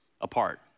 apart